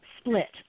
split